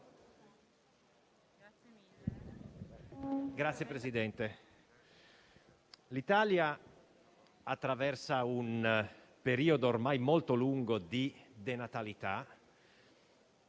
Signor Presidente, l'Italia attraversa un periodo ormai molto lungo di denatalità: